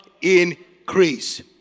increase